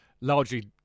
largely